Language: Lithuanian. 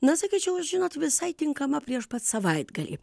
na sakyčiau žinot visai tinkama prieš pat savaitgalį